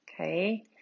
Okay